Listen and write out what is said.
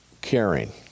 caring